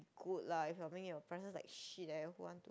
good lah if I mean your prices like shit who want to